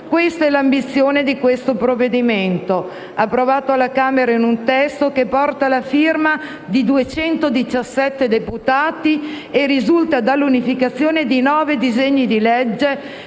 Questa è l'ambizione di questo provvedimento approvato alla Camera in un testo, che porta la firma di 217 deputati, risultante dall'unificazione di nove disegni di legge